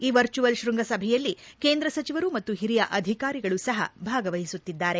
ಈ ವರ್ಚುವಲ್ ಶ್ವಂಗಸಭೆಯಲ್ಲಿ ಕೇಂದ್ರ ಸಚಿವರು ಮತ್ತು ಹಿರಿಯ ಅಧಿಕಾರಿಗಳು ಸಹ ಭಾಗವಹಿಸುತ್ತಿದ್ದಾರೆ